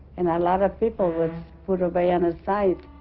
and a lot of people was put away on the side